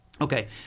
okay